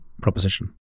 proposition